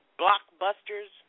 blockbusters